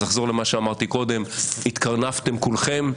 אז נחזור למה שאמרתי קודם: התקרנפתם כולכם,